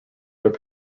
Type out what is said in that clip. their